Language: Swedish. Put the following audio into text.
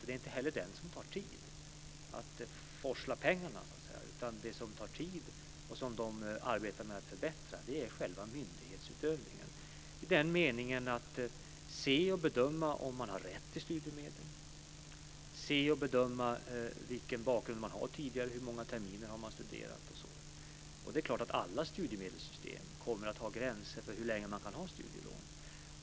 Det är inte detta med att så att säga forsla pengar som tar tid, utan det som tar tid och som man arbetar med att förbättra är själva myndighetsutövningen i meningen att se och bedöma om studenten har rätt till studiemedel, att se och bedöma tidigare bakgrund - hur många terminer vederbörande har studerat osv. Det är klart att alla studiemedelssystem kommer att ha gränser för hur länge man kan ha studielån.